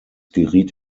geriet